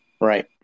right